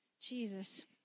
Jesus